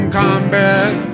combat